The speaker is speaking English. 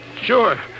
Sure